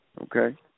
Okay